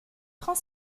prend